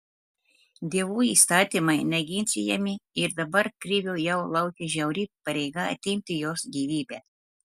dievų įstatymai neginčijami ir dabar krivio jau laukia žiauri pareiga atimti jos gyvybę